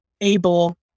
able